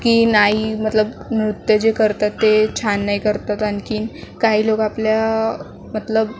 की नाही मतलब नृत्य जे करतात ते छान नाही करतात आणखीन काही लोक आपल्या मतलब